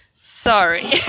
sorry